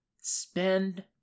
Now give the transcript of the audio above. spend